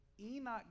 Enoch